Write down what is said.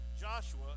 Joshua